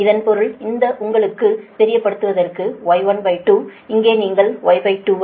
இதன் பொருள் இது உங்களுக்குத் தெரியப்படுத்துவதற்கு Y12 இங்கே நீங்கள் Y2